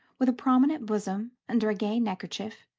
with a prominent bosom under a gay neckerchief,